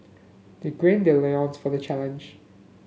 they green their for the challenge